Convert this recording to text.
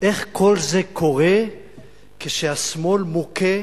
איך כל זה קורה כשהשמאל מוכה,